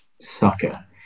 sucker